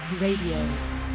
Radio